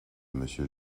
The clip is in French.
monsieur